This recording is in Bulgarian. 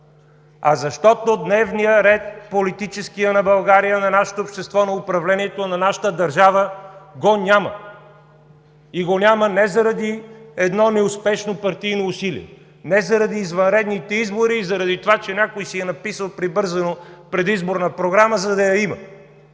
а защото дневният ред – политическият на България, на нашето общество, на управлението на нашата държава го няма. И го няма не заради едно неуспешно партийно усилие, не заради извънредните избори, заради това, че някой си е написал прибързано предизборна програма, за да я има,